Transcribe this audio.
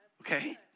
Okay